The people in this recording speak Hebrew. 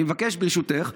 אני מבקש, ברשותך,